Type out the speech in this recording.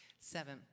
seven